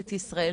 ממשלת ישראל,